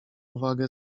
uwagę